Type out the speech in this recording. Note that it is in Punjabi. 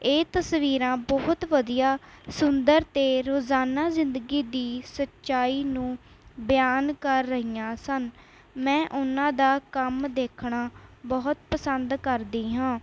ਇਹ ਤਸਵੀਰਾਂ ਬਹੁਤ ਵਧੀਆ ਸੁੰਦਰ ਅਤੇ ਰੋਜ਼ਾਨਾ ਜ਼ਿੰਦਗੀ ਦੀ ਸੱਚਾਈ ਨੂੰ ਬਿਆਨ ਕਰ ਰਹੀਆਂ ਸਨ ਮੈਂ ਉਨ੍ਹਾਂ ਦਾ ਕੰਮ ਦੇਖਣਾ ਬਹੁਤ ਪਸੰਦ ਕਰਦੀ ਹਾਂ